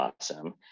awesome